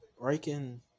Breaking